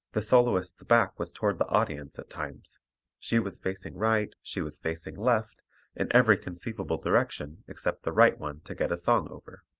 the soloist's back was toward the audience at times she was facing right she was facing left in every conceivable direction except the right one to get a song over.